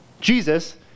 Jesus